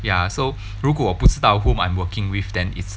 ya so 如果不知道 whom I'm working with then it's